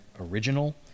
original